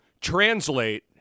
translate